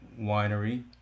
winery